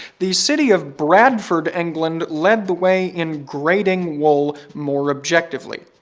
the city of bradford, england led the way in grading wool more objectively.